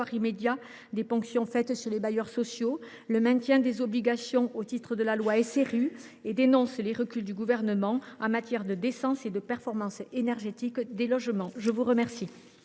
je vous remercie